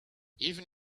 even